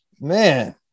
Man